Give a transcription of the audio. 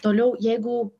toliau jeigu